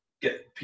get